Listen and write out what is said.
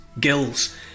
gills